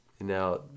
Now